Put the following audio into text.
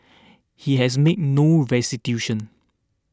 he has made no restitution